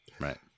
right